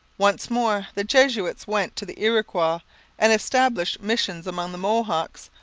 once more the jesuits went to the iroquois and established missions among the mohawks,